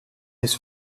this